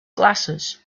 glasses